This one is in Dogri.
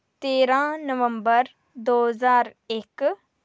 तेरां नवम्बर दो ज्हार इक